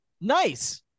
Nice